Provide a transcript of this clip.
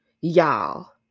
Y'all